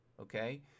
okay